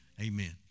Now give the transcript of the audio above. Amen